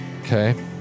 Okay